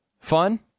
Fun